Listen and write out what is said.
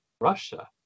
Russia